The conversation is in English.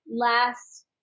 last